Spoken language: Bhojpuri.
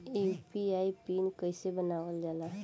यू.पी.आई पिन कइसे बनावल जाला?